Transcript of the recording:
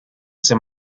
some